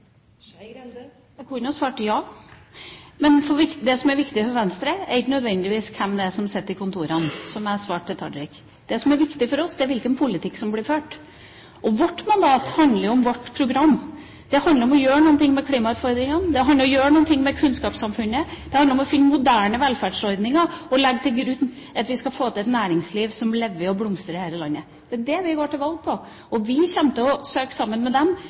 på? Jeg kunne svart ja. Men det som er viktig for Venstre, er ikke nødvendigvis hvem som sitter i kontorene, som er svært detaljrikt. Det som er viktig for oss, er hvilken politikk som blir ført. Vårt mandat handler om vårt program. Det handler om å gjøre noe med klimautfordringene, det handler om å gjøre noe med kunnskapssamfunnet, det handler om å finne moderne velferdsordninger, og å legge til grunn at vi skal få til et næringsliv som lever og blomstrer her i landet. Det er det vi går til valg på, og vi kommer til å søke sammen med dem